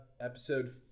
episode